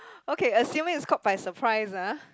okay assuming is caught by surprise ah